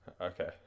Okay